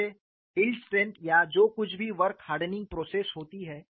इसे yield strength या जो कुछ भी वर्क हार्डनिंग प्रोसेस होती हैं